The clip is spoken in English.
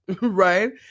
Right